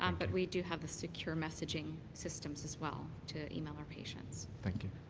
um but we do have the secure messaging systems as well to email our patients. thank you.